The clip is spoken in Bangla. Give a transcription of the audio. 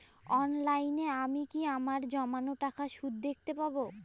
অনলাইনে আমি কি আমার জমানো টাকার সুদ দেখতে পবো?